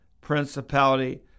principality